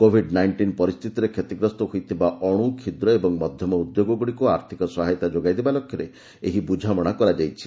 Covid nineteen ପରିସ୍ଥିତିରେ କ୍ଷତିଗ୍ରସ୍ତ ହୋଇଥିବା ଅଣୁ କ୍ଷୁଦ୍ର ଏବଂ ମଧ୍ୟମ ଉଦ୍ୟୋଗଗୁଡ଼ିକୁ ଆର୍ଥିକ ସହାୟତା ଯୋଗାଇଦେବା ଲକ୍ଷ୍ୟରେ ଏହି ବୁଝାମଣା କରାଯାଇଛି